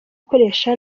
gukoresha